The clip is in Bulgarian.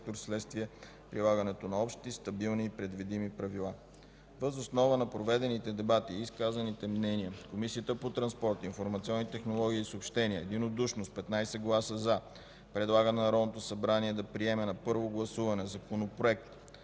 вследствие прилагането на общи, стабилни и предвидими правила. Въз основа на проведените дебати и изказаните мнения, Комисията по транспорт, информационни технологии и съобщения, единодушно с 15 гласа „за” предлага на Народното събрание да приеме на първо гласуване Законопроект